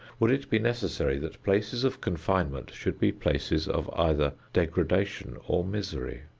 would it be necessary that places of confinement should be places of either degradation or misery.